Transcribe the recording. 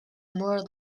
more